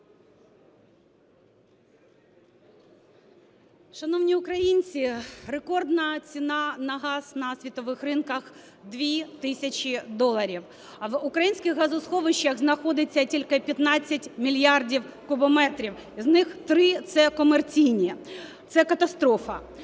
Шановні українці, рекордна ціна на газ, на світових ринках – 2 тисячі доларів. А в українських газосховищах знаходиться тільки 15 мільярдів кубометрів, з них 3 – це комерційні. Це катастрофа.